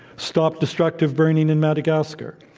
stop destructive burning in madagascar,